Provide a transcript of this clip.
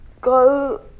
go